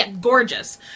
gorgeous